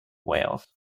wales